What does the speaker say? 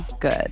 good